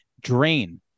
Drain